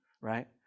right